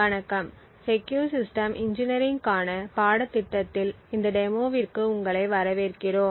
வணக்கம் secure system engineering க்கான பாடத்திட்டத்தில் இந்த டெமோவிற்கு உங்களை வரவேற்கிறோம்